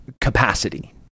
capacity